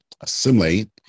assimilate